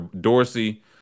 Dorsey